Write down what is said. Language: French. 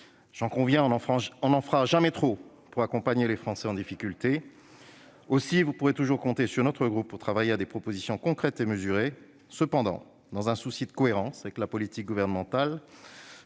J'en conviens, on n'en fera jamais trop pour accompagner les Français en difficulté. Aussi, vous pourrez toujours compter sur le groupe RDPI pour travailler à des propositions concrètes et mesurées. Toutefois, dans un souci de cohérence avec la politique gouvernementale